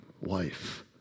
wife